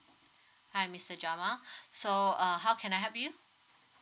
hi mister jamal so uh how can I help you